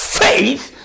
faith